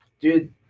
Dude